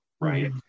right